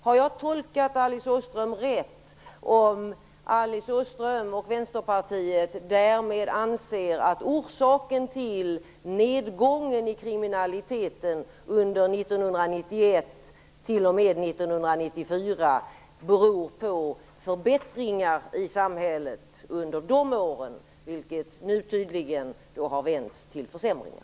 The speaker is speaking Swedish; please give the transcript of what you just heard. Har jag tolkat Alice Åström rätt om jag säger att Alice Åström och Vänsterpartiet därmed anser att orsaken till nedgången i kriminaliteten under 1991 t.o.m. 1994 beror på förbättringar i samhället under de åren, vilka nu tydligen har vänts till försämringar?